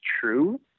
true